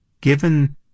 given